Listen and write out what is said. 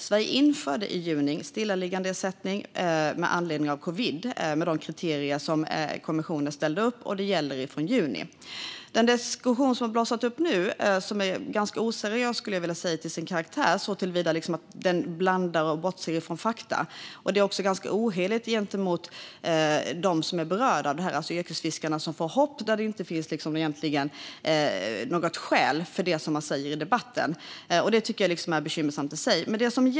Sverige införde i juni stillaliggandeersättning med anledning av covid och med de kriterier som kommissionen ställde upp, och det gällde från juni. Den diskussion som nu har blossat upp är ganska oseriös till sin karaktär såtillvida att den blandar och bortser från fakta. Det är ganska ohederligt mot dem som är berörda, alltså yrkesfiskarna, som ges hopp där det egentligen inte finns något skäl för det man säger i debatten. Det är bekymmersamt.